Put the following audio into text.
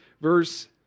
verse